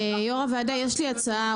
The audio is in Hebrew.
יו"ר הוועדה יש לי הצעה,